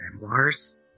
memoirs